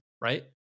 right